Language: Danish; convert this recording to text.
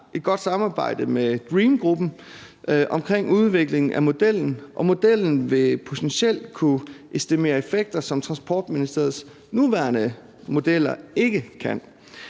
et godt samarbejde med DREAMgruppen om udvikling af modellen, og modellen vil potentielt kunne estimere effekter, som Transportministeriets nuværende modeller ikke kan.